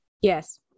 Yes